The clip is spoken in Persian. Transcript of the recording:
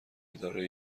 اداره